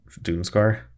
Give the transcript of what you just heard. Doomscar